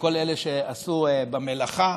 ולכל אלה שעסקו במלאכה.